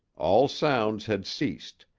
all sounds had ceased,